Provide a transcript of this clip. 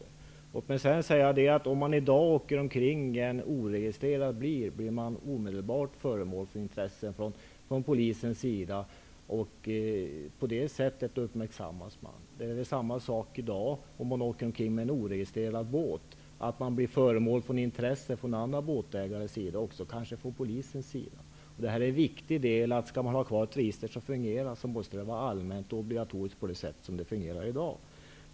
Den som i dag upptäcks åka omkring i en oregistrerad bil blir omedelbart föremål för intresse från Polisens sida. På det sättet uppmärksammas man. På samma sätt är det i dag om man upptäcks åka omkring med en oregistrerad båt. Man blir då föremål för intresse från andra båtägares sida och kanske även från Polisen. Detta är viktigt. Skall man ha kvar ett register som fungerar, måste det vara allmänt och obligatoriskt på det sätt som det fungerar i dag.